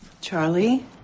charlie